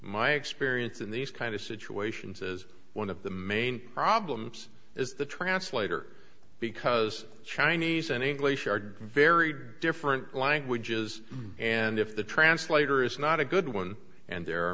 my experience in these kind of situations is one of the main problems is the translator because chinese and english are very different languages and if the translator is not a good one and there are